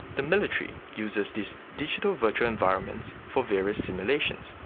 the military uses these digital virtual environments for various simulations,